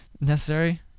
necessary